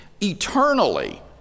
eternally